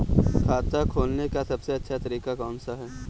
खाता खोलने का सबसे अच्छा तरीका कौन सा है?